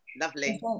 Lovely